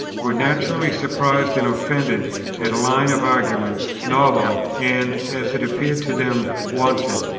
were naturally surprised and offended at a line of argument, novel, and, as it appeared to them, wanton,